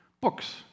Books